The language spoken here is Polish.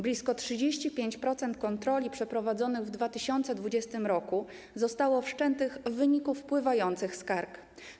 Blisko 35% kontroli przeprowadzonych w 2020 r. zostało wszczętych w wyniku wpływających skarg.